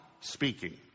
speaking